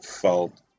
felt